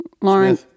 Lauren